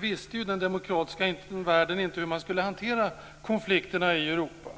visste den demokratiska världen inte hur man skulle hantera konflikterna i Europa.